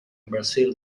brazil